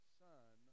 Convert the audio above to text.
son